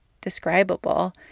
describable